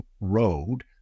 road